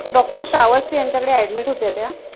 doctor श्र्वासते यांच्याकडे admit होत्या त्या